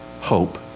hope